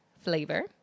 flavor